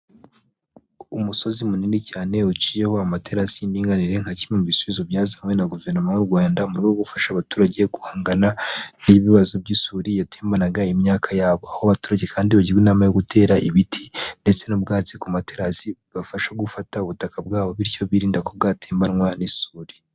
Umusozi munini cyane uciyeho amaterasi y'indinganire nka kimwe mu bisubizo byazanwe na Guverinoma y'u Rwanda, mu rwego rwo gufasha abaturage guhangana n'ibibazo by'isuri yatembanaga imyaka yabo. Aho abaturage kandi bagirwa inama yo gutera ibiti ndetse n'ubwatsi ku materasi bibafasha gufata ubutaka bwabo, bityo birinda ko bwatembanwa n'isuri.